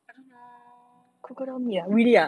I don't know